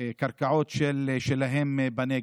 הקרקעות שלהם בנגב.